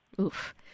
Oof